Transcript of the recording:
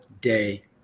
day